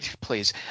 please